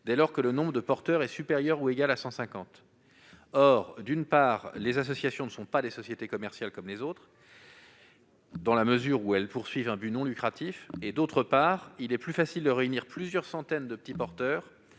dès lors que le nombre de porteurs est supérieur ou égal à 150. Or, d'une part, les associations ne sont pas des sociétés commerciales comme les autres, dans la mesure où elles ont un but non lucratif ; d'autre part, il est plus facile de réunir plusieurs centaines de petits porteurs